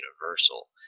universal